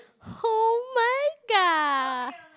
oh-my-god